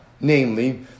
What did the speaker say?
namely